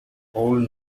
old